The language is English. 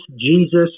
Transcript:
Jesus